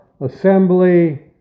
Assembly